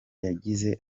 yagize